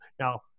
now